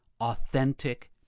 authentic